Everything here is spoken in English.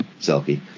selfie